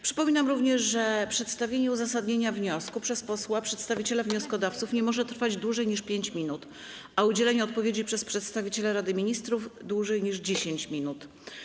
Przypominam również, że przedstawienie uzasadnienia wniosku przez posła przedstawiciela wnioskodawców nie może trwać dłużej niż 5 minut, a udzielenie odpowiedzi przez przedstawiciela Rady Ministrów - dłużej niż 10 minut.